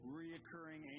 reoccurring